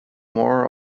more